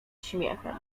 śmiechem